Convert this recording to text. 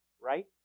right